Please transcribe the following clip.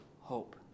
hope